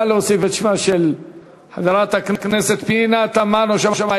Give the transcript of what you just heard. נא להוסיף את שמה של חברת הכנסת פנינה תמנו-שטה.